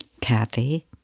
Kathy